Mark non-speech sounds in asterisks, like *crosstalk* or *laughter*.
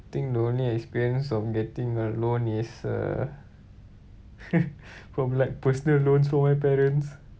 think the only experience of getting a loan is uh *laughs* from like personal loans from my parents